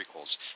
prequels